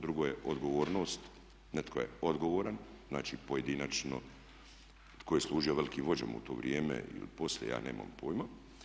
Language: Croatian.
Drugo je odgovornost, netko je odgovaran, znači pojedinačno tko je služio velikog vođu u to vrijeme ili poslije ja nemam pojma.